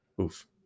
Oof